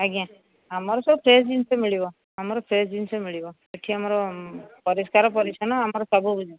ଆଜ୍ଞା ଆମର ସବୁ ଫ୍ରେଶ୍ ଜିନିଷ ମିଳିବ ଆମର ଫ୍ରେଶ୍ ଜିନିଷ ମିଳିବ ଏଠି ଆମର ପରିଷ୍କାର ପରିଚ୍ଛନ୍ନ ଆମର ସବୁ